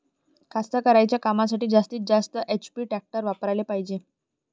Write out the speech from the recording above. कास्तकारीच्या कामासाठी जास्तीत जास्त किती एच.पी टॅक्टर वापराले पायजे?